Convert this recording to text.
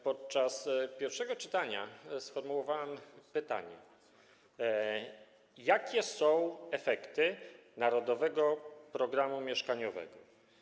Podczas pierwszego czytania sformułowałem pytanie: Jakie są efekty Narodowego Programu Mieszkaniowego?